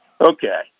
Okay